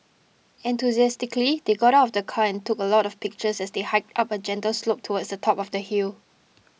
enthusiastically they got out of the car and took a lot of pictures as they hiked up a gentle slope towards the top of the hill